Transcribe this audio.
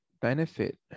benefit